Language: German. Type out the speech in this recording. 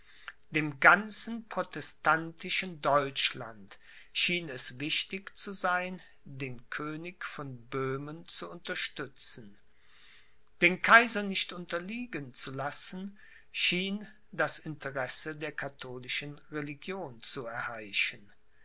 dem ganzen protestantischen deutschland schien es wichtig zu sein den könig von böhmen zu unterstützen den kaiser nicht unterliegen zu lassen schien das interesse der katholischen religion zu erheischen